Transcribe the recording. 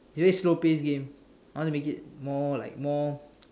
very slow paced game I want to make it more like more